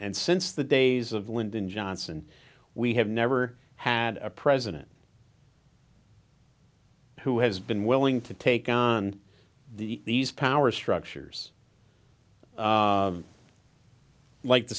and since the days of lyndon johnson we have never had a president who has been willing to take on the these power structures like the